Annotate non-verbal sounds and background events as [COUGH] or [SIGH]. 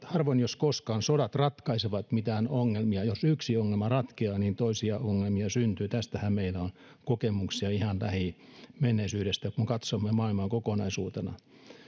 [UNINTELLIGIBLE] harvoin jos koskaan sodat ratkaisevat mitään ongelmia jos yksi ongelma ratkeaa niin toisia ongelmia syntyy tästähän meillä on kokemuksia ihan lähimenneisyydestä kun katsomme maailmaa kokonaisuutena